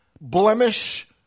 blemish